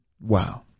Wow